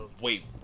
wait